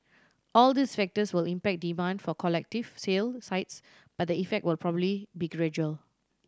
all these factors will impact demand for collective sale sites but the effect will probably be gradual